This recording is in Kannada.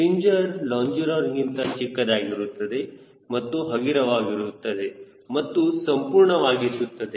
ಸ್ಟ್ರಿಂಜರ್ ಲಾಂಜಿರೋನಗಿಂತ ಚಿಕ್ಕದಾಗಿರುತ್ತವೆ ಮತ್ತು ಹಗುರವಾಗಿರುತ್ತವೆ ಮತ್ತು ಸಂಪೂರ್ಣವಾಗಿಸುತ್ತದೆ